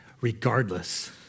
regardless